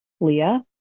Leah